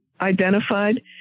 identified